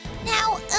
Now